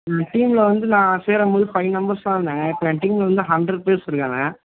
என் டீமில் வந்து நான் சேரும்போது ஃபை மெம்பெர்ஸ்தான் இருந்தாங்க இப்போ என் டீமில் வந்து ஹண்ட்ரட் பேர்ஸ் இருக்காங்க